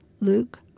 Luke